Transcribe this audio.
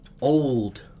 old